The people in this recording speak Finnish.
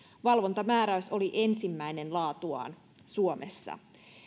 valvontamääräys oli ensimmäinen laatuaan suomessa